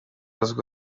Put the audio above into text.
bitanga